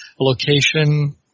location